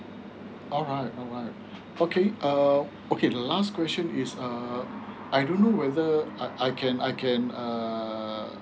alright alright okay uh okay the last question is um I don't know whether I I can I can uh